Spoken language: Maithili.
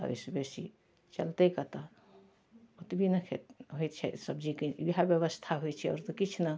एहिसँ बेसी चलतै कतऽ ओतबी ने होइ छै सबजीके इएह बेबस्था होइ छै आओर तऽ किछु नहि